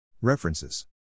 References